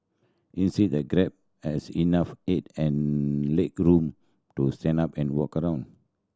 inside the cab has enough head and legroom to stand up and walk around